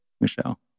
Michelle